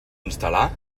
instal·lar